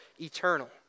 eternal